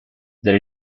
there